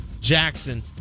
Jackson